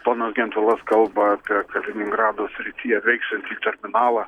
ponas gentvilas kalba apie kaliningrado srityje veiksiantį terminalą